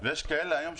נתתי להם 160 מכסות.